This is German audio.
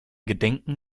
gedenken